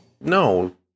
no